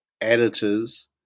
editors